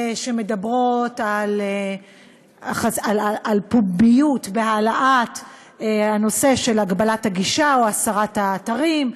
שמדברות על פומביות והעלאת הנושא של הגבלת הגישה או הסרת האתרים,